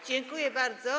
Dziękuję bardzo.